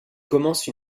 commence